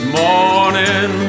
morning